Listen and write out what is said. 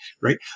right